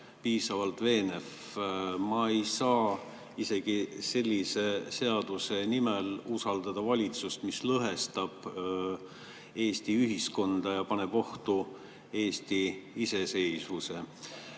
piisavalt veenev. Ma ei saa isegi sellise seaduse nimel usaldada valitsust, mis lõhestab Eesti ühiskonda ja paneb ohtu Eesti iseseisvuse.